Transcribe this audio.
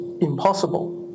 impossible